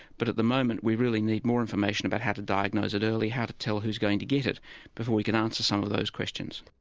but at the moment we really need more information about how to diagnose it early, how to tell who is going to get it before we can answer some of those questions.